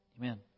Amen